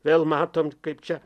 vėl matom kaip čia